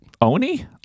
Oni